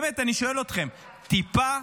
אני באמת שואל אתכם, טיפה